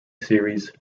series